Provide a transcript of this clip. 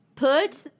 Put